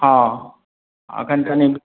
हँ आओर कनि कनि